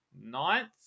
ninth